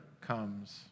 comes